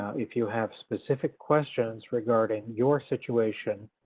if you have specific questions regarding your situation,